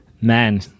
man